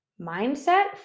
mindset